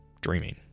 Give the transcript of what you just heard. dreaming